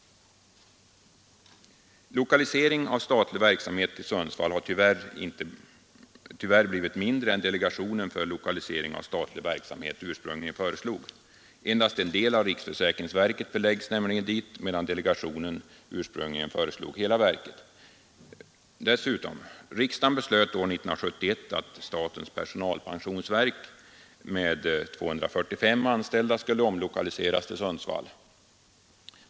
Lokaliseringen av statlig verksamhet till Sundsvall har tyvärr blivit av mindre omfattning än delegationen för lokalisering av statlig verksamhet ursprungligen föreslog. Endast en del av riksförsäkringsverket förläggs nämligen dit, medan delegationen 1970 föreslog hela verket. Riksdagen beslöt dessutom år 1971 att statens personalpensionsverk med 245 anställda skulle omlokaliseras till Sundsvall.